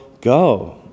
go